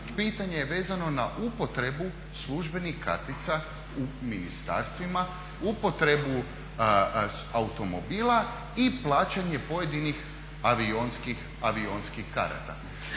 vezano je na pitanje upotrebu službenih kartica u ministarstvima, upotrebu automobila i plaćanje pojedinih avionskih karata.